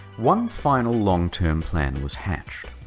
one final long-term plan was hatched.